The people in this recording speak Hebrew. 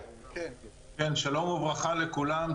שלום וברכה לכולם.